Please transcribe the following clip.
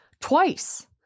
twice